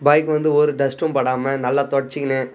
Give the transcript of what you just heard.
பைக்கை வந்து ஒரு டஸ்ட்டும் படாமல் நல்லா தொடைச்சிக்கின்னு